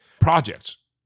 projects